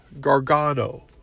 Gargano